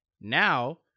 Now